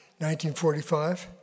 1945